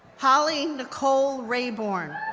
holly nicole raiborn,